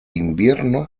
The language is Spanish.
invierno